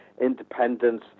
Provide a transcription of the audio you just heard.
independence